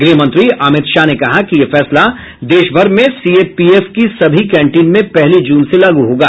गृहमंत्री अमित शाह ने कहा कि यह फैसला देशभर में सीएपीएफ की सभी केंटीन में पहली जून से लागू होगा